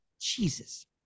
Jesus